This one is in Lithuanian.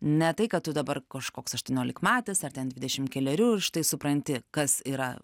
ne tai kad tu dabar kažkoks aštuoniolikmetis ar ten dvidešimt kelerių ir štai supranti kas yra